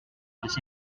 was